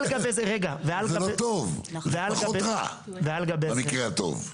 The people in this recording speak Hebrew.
זה לא טוב, זה פחות רע במקרה הטוב.